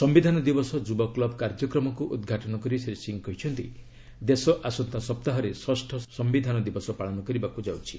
ସମ୍ଭିଧାନ ଦିବସ ଯୁବ କୁବ୍ କାର୍ଯ୍ୟକ୍ରମକୁ ଉଦ୍ଘାଟନ କରି ଶ୍ରୀ ସିଂହ କହିଚ୍ଚନ୍ତି ଦେଶ ଆସନ୍ତା ସପ୍ତାହରେ ଷଷ୍ଠ ସମ୍ଘିଧାନ ଦିବସ ପାଳନ କରିବାକୁ ଯାଉଛି